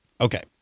Okay